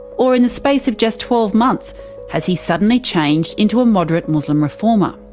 or in the space of just twelve months has he suddenly changed into a moderate muslim reformer?